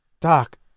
Doc